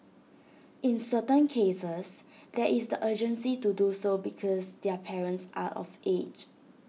in certain cases there is the urgency to do so because their parents are of age